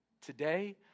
today